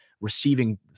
receiving